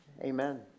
Amen